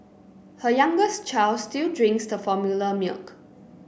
her youngest child still drinks the formula milk